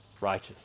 righteous